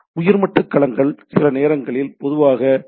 ஆகவே உயர்மட்ட களங்கள் சில நேரங்களில் பொதுவான டி